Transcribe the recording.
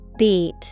Beat